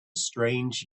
strange